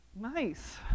nice